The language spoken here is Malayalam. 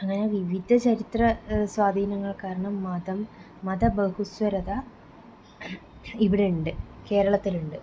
അങ്ങനെ വിവിധ ചരിത്ര സ്വാധീനങ്ങള് കാരണം മതം മതബഹുസ്വരത ഇവിടെ ഉണ്ട് കേരളത്തിലുണ്ട്